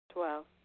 Twelve